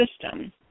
system